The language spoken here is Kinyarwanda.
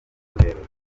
rurerure